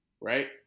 right